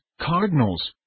cardinals